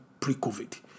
pre-COVID